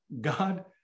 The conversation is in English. God